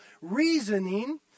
reasoning